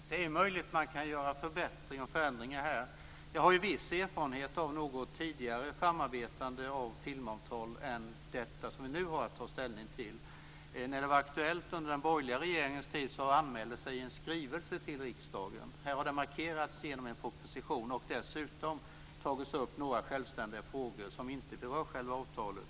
Fru talman! Det är möjligt att man kan göra förbättringar och förändringar här. Jag har viss erfarenhet av tidigare framarbetande av filmavtal förutom detta som vi nu har att ta ställning till. När det var aktuellt under den borgerliga regeringens tid anmäldes en skrivelse till riksdagen. Här har det markerats genom en proposition och dessutom tagits upp några självständiga frågor som inte berör själva avtalet.